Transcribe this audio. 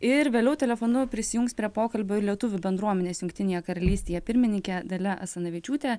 ir vėliau telefonu prisijungs prie pokalbio ir lietuvių bendruomenės jungtinėje karalystėje pirmininkė dalia asanavičiūtė